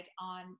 on